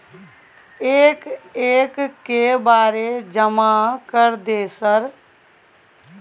एक एक के बारे जमा कर दे सर?